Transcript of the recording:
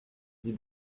dit